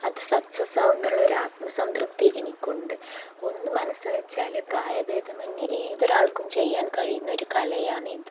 അത് സക്സസ്സ് ആകുമെന്നുള്ളൊരാത്മസംതൃപ്തി എനിക്കുണ്ട് ഒന്നു മനസ്സുവച്ചാല് പ്രായഭേദമന്യേ ഏതൊരാൾക്കും ചെയ്യാൻ കഴിയുന്നൊരു കലയാണ് ഇത്